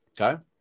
Okay